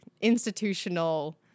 institutional